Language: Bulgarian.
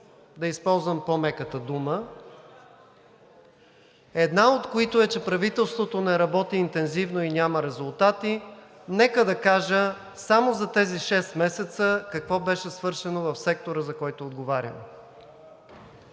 да използвам по-меката дума, една от които е, че правителството не работи интензивно и няма резултати, нека да кажа само за тези шест месеца какво беше свършено в сектора, за който отговарям.